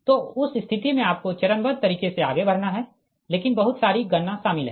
तो उस स्थिति में आपको चरणबद्ध तरीके से आगे बढ़ना है लेकिन बहुत सारी गणना शामिल है